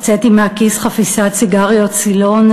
הוצאתי מהכיס חפיסת סיגריות 'סילון',